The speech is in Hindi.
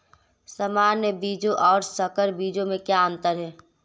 सामान्य बीजों और संकर बीजों में क्या अंतर है?